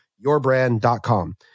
yourbrand.com